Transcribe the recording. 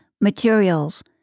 materials